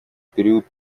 период